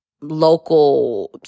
local